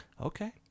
okay